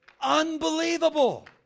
Unbelievable